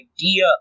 idea